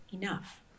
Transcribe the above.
enough